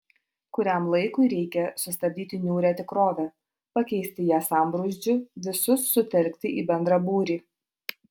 kuriam laikui reikia sustabdyti niūrią tikrovę pakeisti ją sambrūzdžiu visus sutelkti į bendrą būrį